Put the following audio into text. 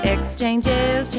Exchanges